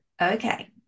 Okay